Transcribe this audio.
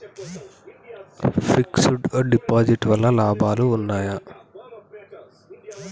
Fix డ్ deposit వల్ల లాభాలు ఉన్నాయి?